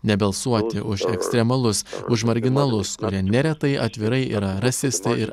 nebalsuoti už ekstremalus už marginalus kurie neretai atvirai yra rasistai ir